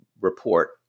report